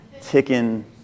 ticking